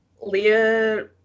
Leah